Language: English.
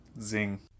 Zing